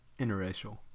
Interracial